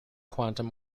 quantum